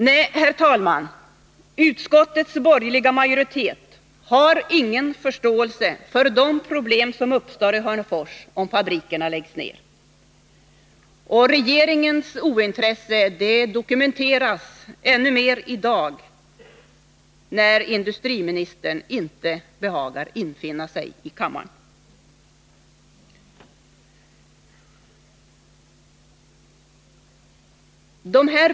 Nej, herr talman, utskottets borgerliga majoritet har ingen förståelse för de problem som uppstår i Hörnefors, om fabrikerna läggs ned — och regeringens ointresse dokumenteras ännu mer i dag, när industriministern inte behagar infinna sig i kammaren.